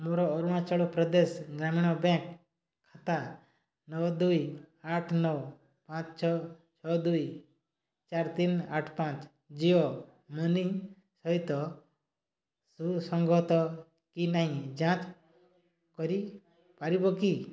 ମୋର ଅରୁଣାଚଳ ପ୍ରଦେଶ ଗ୍ରାମୀଣ ବ୍ୟାଙ୍କ୍ ଖାତା ନଅ ଦୁଇ ଆଠ ପାଞ୍ଚ ଛଅ ଛଅ ଦୁଇ ଚାରି ତିନି ଆଠ ପାଞ୍ଚ ଜିଓ ମନି ସହିତ ସୁସଙ୍ଗତ କି ନାହିଁ ଯାଞ୍ଚ କରିପାରିବ କି